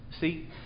see